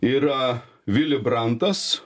yra vili brantas